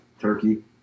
Turkey